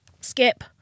skip